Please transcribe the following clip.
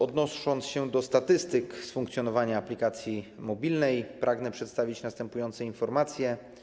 Odnosząc się do statystyk dotyczących funkcjonowania aplikacji mobilnej, pragnę przedstawić następujące informacje.